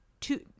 two